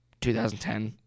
2010